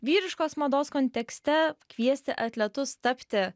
vyriškos mados kontekste kviesti atletus tapti